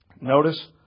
Notice